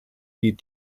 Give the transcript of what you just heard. die